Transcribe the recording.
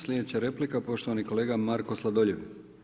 Slijedeća replika je poštovani kolega Marko Sladoljev.